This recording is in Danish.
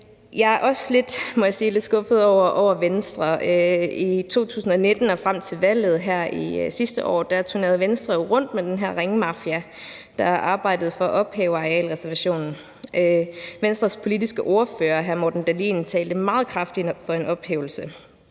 jeg også er lidt skuffet over Venstre. I 2019 og frem til valget her sidste år turnerede Venstre jo rundt med den her Ring 5-mafia, der arbejdede for at ophæve arealreservationen. Venstres politiske ordfører hr. Morten Dahlin talte meget kraftigt for en ophævelse.